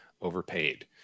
overpaid